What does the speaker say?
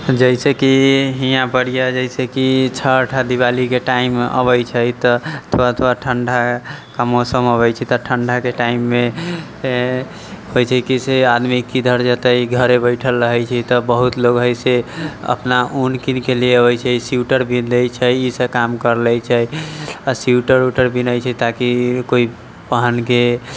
जैसे कि हियाँपर यऽ जैसे कि छठ आओर दीवालीके टाइम अबै छै तऽ थोड़ा थोड़ा ठण्डाके मौसम अबै छै तऽ ठण्डाके टाइममे होइ छै कि से आदमी किधर जेतै घरे बैठल रहै छै तऽ बहुत लोग हय से अपना ऊन कीन के ले अबै छै स्वेटर बिनै छै ई सब काम कर लै छै आओर स्वेटर उइटर बिनै छै ताकि कोइ पहिनके